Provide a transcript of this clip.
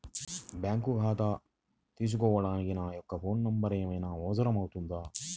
Bank ఖాతా తీసుకోవడానికి నా యొక్క ఫోన్ నెంబర్ ఏమైనా అవసరం అవుతుందా?